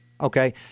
okay